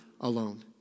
alone